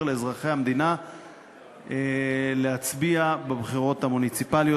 לאזרחי המדינה להצביע בבחירות המוניציפליות.